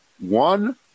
one